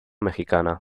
mexicana